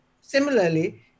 Similarly